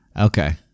Okay